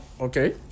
Okay